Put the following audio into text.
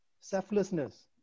selflessness